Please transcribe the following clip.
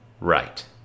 Right